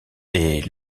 est